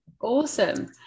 Awesome